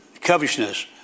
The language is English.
covetousness